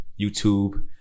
YouTube